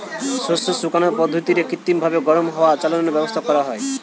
শস্য শুকানার পদ্ধতিরে কৃত্রিমভাবি গরম হাওয়া চলাচলের ব্যাবস্থা করা হয়